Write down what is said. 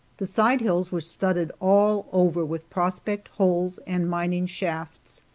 the side hills were studded all over with prospect holes and mining shafts.